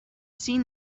seen